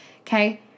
Okay